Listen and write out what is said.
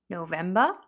November